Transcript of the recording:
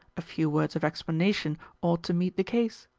a few words of explanation ought to meet the case.